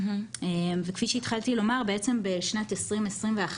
בשנת 2021,